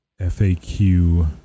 FAQ